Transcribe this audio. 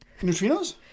Neutrinos